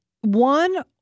one